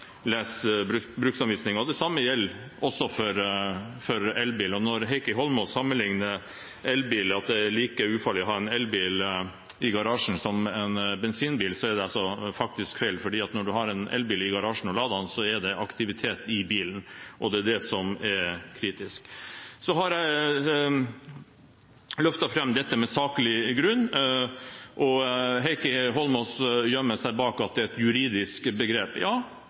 og det samme gjelder for elbiler også. Når Heikki Eidsvoll Holmås sammenlikner og sier at det er like ufarlig å ha en elbil i garasjen som en bensinbil, er det faktisk feil, for når man har en elbil i garasjen, er det aktivitet i bilen, og det er det som er kritisk. Jeg har løftet fram dette med saklig grunn, og Heikki Eidsvoll Holmås gjemmer seg bak at det er et juridisk begrep. Ja,